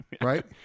right